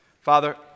Father